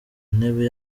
ntebe